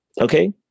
Okay